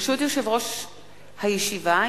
ברשות יושב-ראש הישיבה,